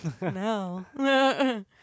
no